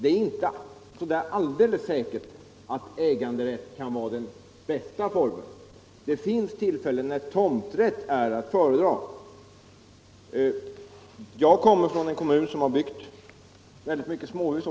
Det är inte så där alldeles säkert att äganderätt är den bästa formen. Det finns tillfällen då tomträtt är att föredra. Jag kommer från en kommun som på senare tid har byggt mycket småhus.